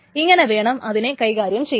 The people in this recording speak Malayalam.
ഇങ്ങനെ വേണം അതിനെ കൈകാര്യം ചെയ്യാൻ